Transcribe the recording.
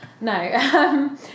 No